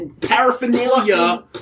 paraphernalia